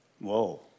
Whoa